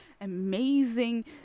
amazing